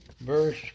verse